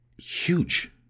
huge